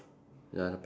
ya the pants